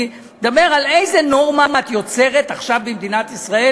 אני מדבר על איזו נורמה את יוצרת עכשיו במדינת ישראל